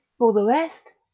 for the rest,